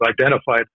identified